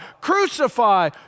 crucify